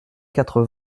quatre